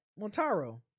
Montaro